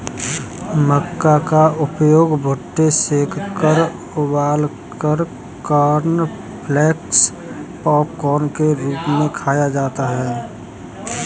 मक्का का उपयोग भुट्टे सेंककर उबालकर कॉर्नफलेक्स पॉपकार्न के रूप में खाया जाता है